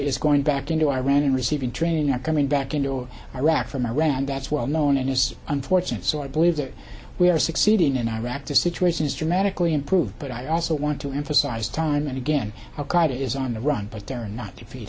is going back into iran and receiving training are coming back into iraq from iran that's well known and is unfortunate so i believe that we are succeeding in iraq to situation has dramatically improved but i also want to emphasize time and again it is on the run but they're not